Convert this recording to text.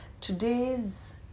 Today's